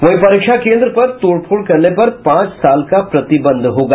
वहीं परीक्षा केंद्र पर तोड़फोड़ करने पर पांच साल का प्रतिबंध होगा